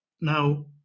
Now